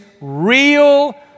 real